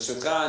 ברשותך,